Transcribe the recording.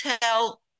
tell